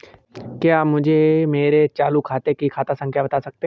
क्या आप मुझे मेरे चालू खाते की खाता संख्या बता सकते हैं?